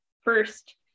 first